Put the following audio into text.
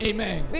Amen